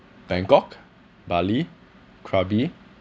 bangkok bali krabi